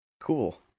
Cool